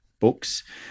books